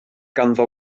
ganddo